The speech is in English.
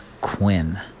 Quinn